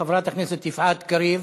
חברת הכנסת יפעת קריב,